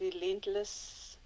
relentless